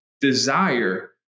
desire